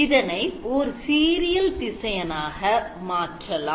இதனை ஓர் serial திசையன் ஆக மாற்றலாம்